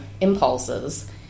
impulses